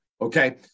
Okay